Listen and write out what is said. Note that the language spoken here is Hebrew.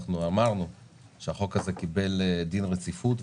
אנחנו אמרנו שהחוק הזה קיבל דין רציפות,